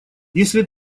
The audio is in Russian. если